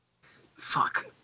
Fuck